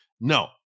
No